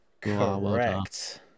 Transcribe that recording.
Correct